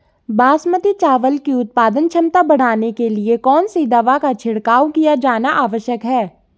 बासमती चावल की उत्पादन क्षमता बढ़ाने के लिए कौन सी दवा का छिड़काव किया जाना आवश्यक है?